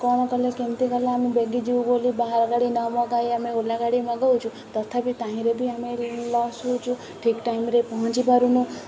କ'ଣ କଲେ କେମିତି କଲେ ଆମେ ବେଗି ଯିବୁ ବୋଲି ବାହାର ଗାଡ଼ି ନ ମଗାଇ ଆମେ ଓଲା ଗାଡ଼ି ମଗାଉଛୁ ତଥାପି ତାହିଁରେ ବି ଆମେ ଲସ୍ ହେଉଛୁ ଠିକ୍ ଟାଇମ୍ରେ ପହଞ୍ଚିପାରୁନୁ